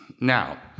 Now